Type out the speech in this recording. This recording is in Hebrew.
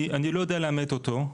אני לא יודע לאמת אותו,